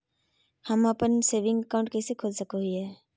हम अप्पन saving account कइसे खोल सको हियै?